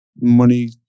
money